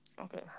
Okay